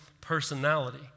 personality